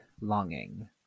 longing